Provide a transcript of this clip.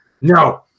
No